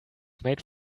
made